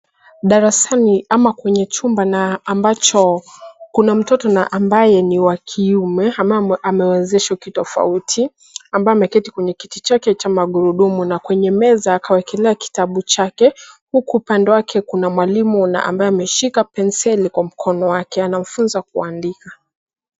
Darasani ama kwenye chumba na ambacho kuna mtoto na ambaye ni wa kiume ama amewezeshwa kitofauti ambaye ameketi kwenye kiti chake cha magurudumu na kwenye meza akawekelea kitabu chake, huku upande wake kuna mwalimu na ambaye ameshika penseli kwa mkono wake anamfunza kuandika.